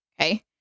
Okay